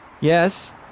Yes